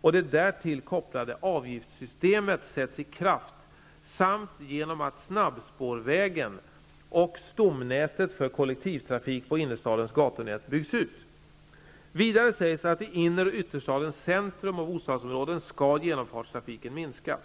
och det därtill kopplade avgiftssystemet sätts i kraft samt genom att snabbspårvägen och stomnätet för kollektivtrafik på innerstadens gatunät byggs ut. Vidare sägs att i inner och ytterstadens centrumoch bostadsområden skall genomfartstrafiken minska.